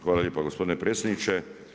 Hvala lijepa gospodine predsjedniče.